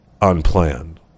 Unplanned